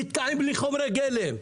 נתקעים בלי חומרי גלם.